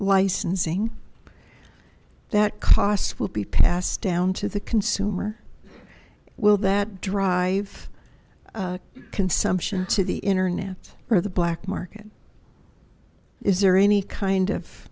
licensing that cost will be passed down to the consumer will that drive consumption to the internet or the black market is there any kind of